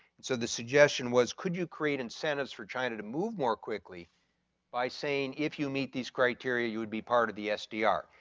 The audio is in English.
so the suggestion was could you create incentives for china to move more quickly by saying if you meet these criteria you would be part of sdr.